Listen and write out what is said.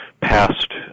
Past